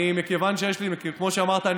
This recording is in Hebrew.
כמו שאמרת,